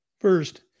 first